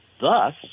Thus